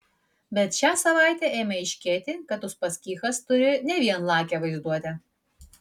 bet šią savaitę ėmė aiškėti kad uspaskichas turi ne vien lakią vaizduotę